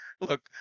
look